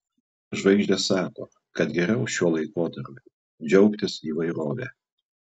žvaigždės sako kad geriau šiuo laikotarpiu džiaugtis įvairove